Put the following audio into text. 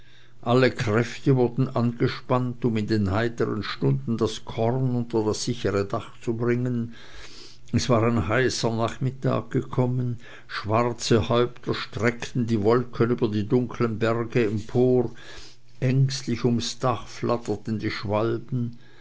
alle kräfte wurden angespannt um in den heitern stunden das korn unter das sichere dach zu bringen es war ein heißer nachmittag gekommen schwarze häupter streckten die wolken über die dunklen berge empor ängstlich ums dach flatterten die schwalben